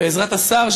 בעזרת השר,